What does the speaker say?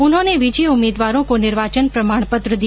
उन्होंने विजयी उम्मीदवारों को निर्वाचन प्रमाण पत्र दिया